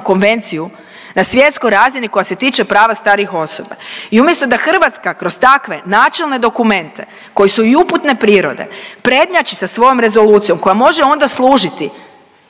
konvenciju na svjetskoj razini koja se tiče prava starijih osoba. I umjesto da Hrvatska kroz takve načelne dokumente koji su i uputne prirode prednjači sa svojom rezolucijom koja može onda služiti